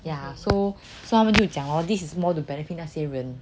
ya so so 他们就讲 lor this is more to benefit 那些人